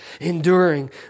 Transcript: enduring